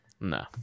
No